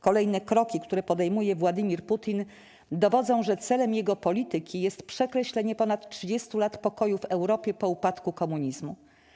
Kolejne kroki, które podejmuje Władimir Putin, dowodzą, że celem jego polityki jest przekreślenie ponad 30 lat pokoju w Europie po upadku komunizmu.